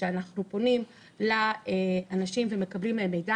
כשאנחנו פונים לאנשים ומקבלים מהם מידע,